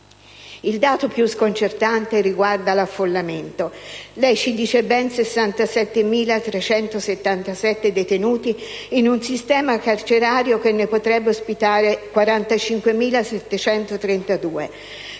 Il dato più sconcertante riguarda l'affollamento. Lei ci ha riferito che in un sistema carcerario che potrebbe ospitare 45.732 detenuti,